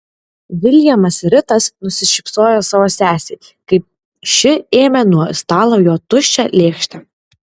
viljamas ritas nusišypsojo savo sesei kai ši ėmė nuo stalo jo tuščią lėkštę